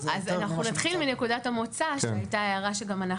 אז אנחנו נתחיל מנקודת המוצא שגם אנחנו